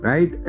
Right